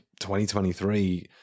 2023